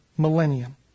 millennium